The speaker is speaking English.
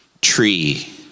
tree